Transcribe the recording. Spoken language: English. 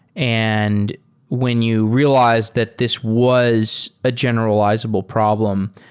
and when you realized that this was a generalizable problem,